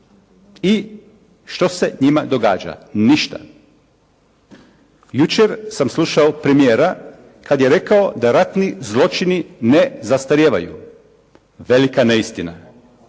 i što se njima događa? Ništa. Jučer sam slušao premijera kad je rekao da ratni zločini ne zastarijevaju. Velika neistina.